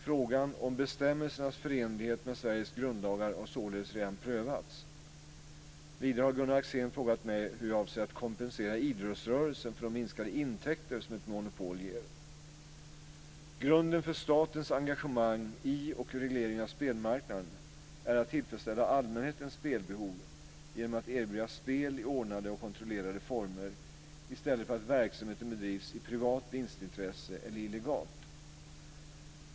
Frågan om bestämmelsernas förenlighet med Sveriges grundlagar har således redan prövats. Vidare har Gunnar Axén frågat mig hur jag avser att kompensera idrottsrörelsen för de minskade intäkter som ett monopol ger. Grunden för statens engagemang i och reglering av spelmarknaden är att tillfredsställa allmänhetens spelbehov genom att erbjuda spel i ordnade och kontrollerade former i stället för att verksamheten bedrivs i privat vinstintresse eller illegalt.